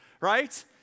right